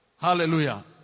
hallelujah